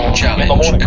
challenge